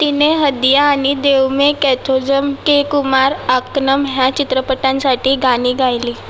तिने हदिया आणि देवमे कॅथोझम के कुमार आकनम ह्या चित्रपटांसाठी गाणी गायली